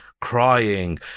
crying